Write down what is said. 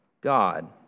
God